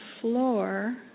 floor